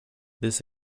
this